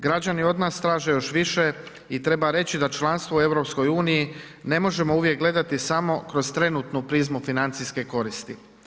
Građani od nas traže još više i treba reći da članstvo u EU ne možemo uvijek gledati samo kroz trenutnu prizmu financijske koristi.